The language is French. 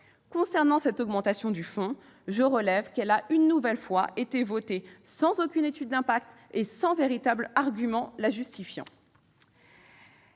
Concernant cette augmentation du fonds, je relève qu'elle a une nouvelle fois été votée sans aucune étude d'impact et sans véritable argument la justifiant.